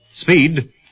Speed